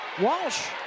Walsh